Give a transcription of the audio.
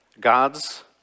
God's